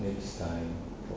next time I'll